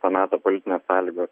to meto politinės salygos